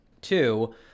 Two